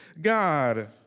God